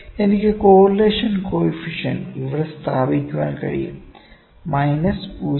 എനിക്ക് correlation coefficient ഇവിടെ സ്ഥാപിക്കാൻ കഴിയും മൈനസ് 0